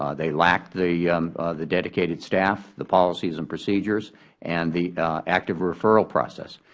ah they lacked the the dedicated staff, the policies and procedures and the active referral process.